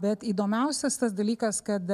bet įdomiausias tas dalykas kad